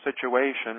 situation